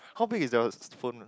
how big is their phone